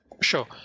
Sure